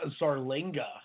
Zarlinga